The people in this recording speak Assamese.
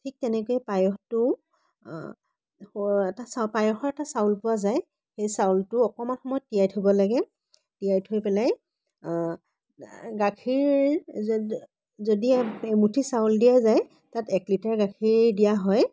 ঠিক তেনেকৈয়ে পায়সটোও এটা চা পায়সৰ এটা চাউল পোৱা যায় সেই চাউলটো অকণমান সময় তিয়াই থব লাগে তিয়াই থৈ পেলাই গাখীৰ যদি এমুঠি চাউল দিয়া যায় তাত এক লিটাৰ গাখীৰ দিয়া হয়